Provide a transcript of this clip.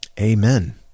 Amen